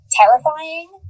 terrifying